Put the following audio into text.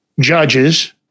judges